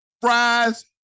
fries